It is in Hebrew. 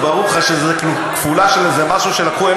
זה ברור לך שזאת כפולה של איזה משהו שלקחו.